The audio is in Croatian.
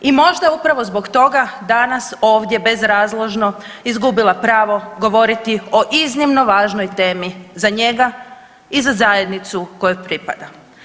I možda upravo zbog toga danas ovdje bezrazložno izgubila pravo govoriti o iznimno važnoj temi za njega i za zajednicu kojoj pripada.